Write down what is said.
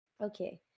Okay